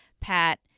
Pat